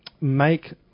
make